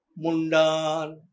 Mundan